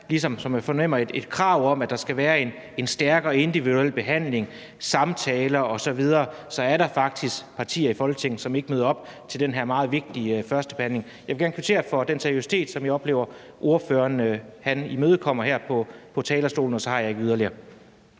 krav om – sådan fornemmer jeg det – at der skal være en stærk og individuel behandling, samtaler osv. Så er der faktisk partier i Folketinget, som ikke møder op til den her meget vigtige førstebehandling. Jeg vil gerne kvittere for den seriøsitet, som jeg oplever fra ordføreren her på talerstolen. Og så vil jeg ikke sige yderligere.